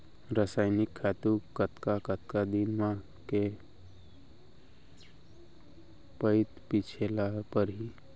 रसायनिक खातू कतका कतका दिन म, के पइत छिंचे ल परहि?